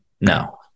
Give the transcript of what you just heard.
no